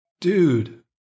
dude